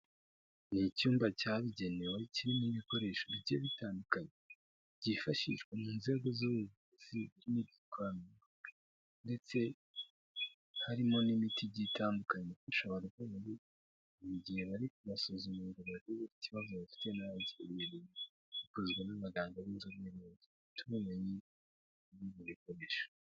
Ni icyumba cyabugenewe kirimo ibikoresho bigiye bitandukanye byifashishwa mu nzego z'ubuvuzi bw'ikoranabuhanga, ndetse harimo n'imiti igiye itandukanye ifasha abarwayi mu gihe bari kubasuzuma ngo barebe ikibazo bafite na bikozwe n'abaganga b'inzobere bafite ubumenyi bw'ibyo bikoresho.